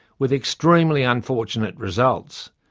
with extremely unfortunate results.